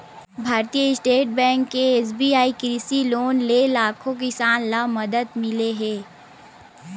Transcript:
भारतीय state bank के SBI कृषि लोन ले लाखो किसान ल मदद मिले हे